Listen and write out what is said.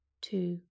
two